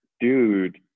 dude